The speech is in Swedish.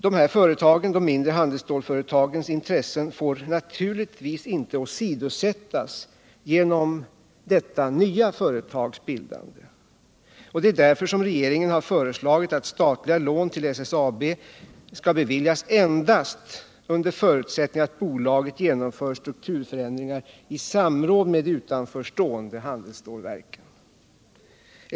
Dessa företags — de mindre handelsstålsföretagens — intressen får naturligtvis inte åsidosättas genom detta nya företags bildande. Det är därför regeringen har föreslagit att statliga lån till SSAB skall beviljas endast under förutsättning att bolaget genomför strukturförändringar i samråd med de utanför stående handelsstålverken.